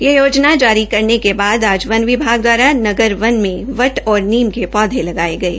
ये योजना जारी करने के बाद आज वन विभाग दवारा नगर वन मे वट और नीम के पौधे लगाये गये